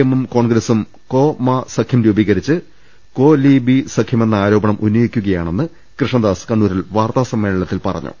എമ്മും കോൺഗ്രസും കോ മാ സഖ്യം രൂപീകരിച്ച് കോലീബി സഖ്യമെന്ന ആരോപണം ഉന്നയിക്കുകയാ ണെന്നും കൃഷ്ണദാസ് കണ്ണൂരിൽ വാർത്താ സമ്മേളനത്തിൽ പറഞ്ഞു